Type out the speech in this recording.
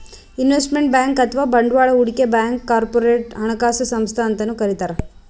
investment bank ಅಥವಾ ಬಂಡವಾಳ್ ಹೂಡಿಕೆ ಬ್ಯಾಂಕ್ಗ್ ಕಾರ್ಪೊರೇಟ್ ಹಣಕಾಸು ಸಂಸ್ಥಾ ಅಂತನೂ ಕರಿತಾರ್